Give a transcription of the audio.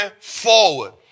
forward